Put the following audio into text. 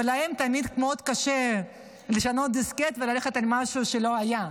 ולהם תמיד מאוד קשה לשנות דיסקט וללכת על משהו שלא היה.